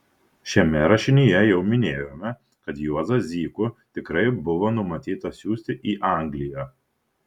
šiame rašinyje jau minėjome kad juozą zykų tikrai buvo numatyta siųsti į angliją